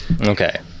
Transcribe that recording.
Okay